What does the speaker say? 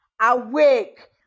awake